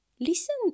Listen